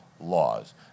laws